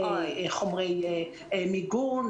חומרי מיגון,